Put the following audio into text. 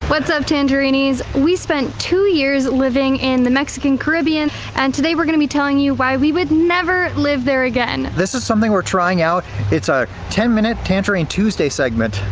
what's up tangerineys! we spent two years living in the mexican caribbean and today we're going to be telling you why we would never live there again. this is something we're trying out it's a ten minute tangerine tuesday segment.